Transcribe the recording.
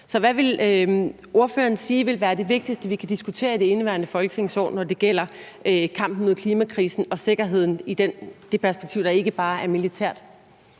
Så hvad vil ordføreren sige vil være det vigtigste, vi kan diskutere i det indeværende folketingsår, når det gælder kampen mod klimakrisen og sikkerheden i det perspektiv, der ikke bare er militært?